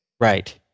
Right